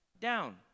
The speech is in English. down